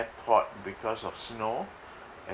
airport because of snow